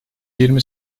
yirmi